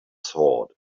sword